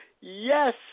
yes